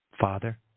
Father